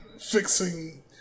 fixing